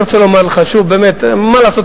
אני רוצה לומר לך שוב, מה לעשות?